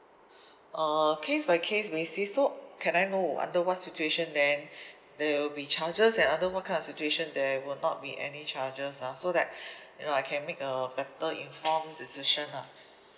uh case by case basis so can I know under what situation then there will be charges and under what kind of situation there will not be any charges ah so that you know I can make a better informed decision lah